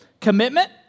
commitment